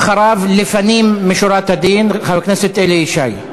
אחריו, לפנים משורת הדין, חבר הכנסת אלי ישי.